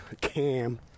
Cam